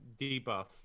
debuff